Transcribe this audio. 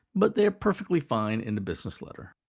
but they are perfectly fine in a business letter.